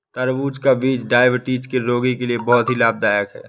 तरबूज का बीज डायबिटीज के रोगी के लिए बहुत ही लाभदायक है